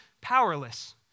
powerless